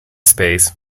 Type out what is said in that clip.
space